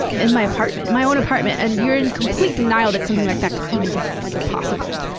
in my apartment in my own apartment, and you're in complete denial that something like that could even be fuckin' possible.